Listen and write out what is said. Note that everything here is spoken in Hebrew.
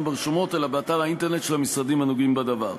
ברשומות אלא באתר האינטרנט של המשרדים הנוגעים בדבר.